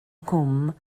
nghwm